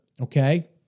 okay